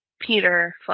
Peter